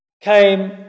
came